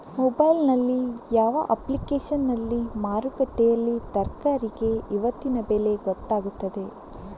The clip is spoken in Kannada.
ಮೊಬೈಲ್ ನಲ್ಲಿ ಯಾವ ಅಪ್ಲಿಕೇಶನ್ನಲ್ಲಿ ಮಾರುಕಟ್ಟೆಯಲ್ಲಿ ತರಕಾರಿಗೆ ಇವತ್ತಿನ ಬೆಲೆ ಗೊತ್ತಾಗುತ್ತದೆ?